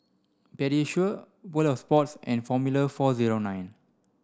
Pediasure World Of Sports and Formula four zero nine